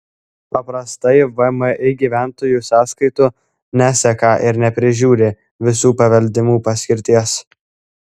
paprastai vmi gyventojų sąskaitų neseka ir neprižiūri visų pavedimų paskirties